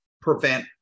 prevent